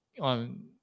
on